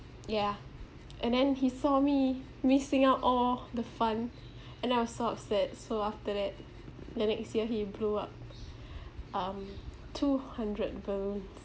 yeah and then he saw me missing out all the fun and I was so upset so after that the next year he blew up um two hundred balloons